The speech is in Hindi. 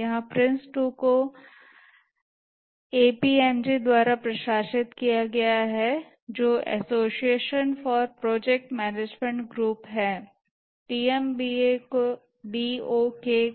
यहां PRINCE2 को APMG द्वारा प्रशासित किया गया है जो association for project management group है PMBOK